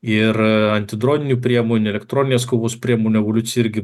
ir antidroninių priemonių elektroninės kovos priemonių evoliucija irgi